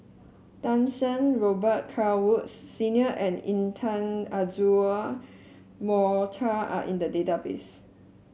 Tan Shen Robet Carr Woods Senior and Intan Azura Mokhtar are in the database